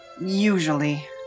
usually